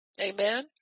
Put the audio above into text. Amen